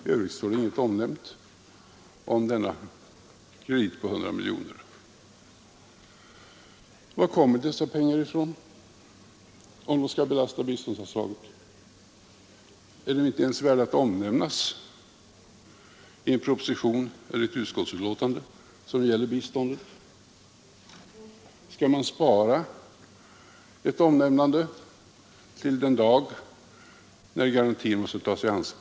I övrigt står ingenting omnämnt om denna kredit på 100 miljoner. Var kommer dessa pengar ifrån? Om de skall belasta biståndsanslaget, är de då inte ens värda att omnämnas i en proposition eller i ett utskottsbetänkande som gäller biståndet? Skall man spara ett omnämnande till den dag när garantin måste tas i anspråk?